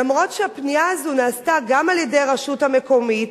אף שהפנייה הזו נעשתה גם על-ידי הרשות המקומית,